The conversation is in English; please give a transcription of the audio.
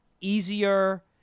easier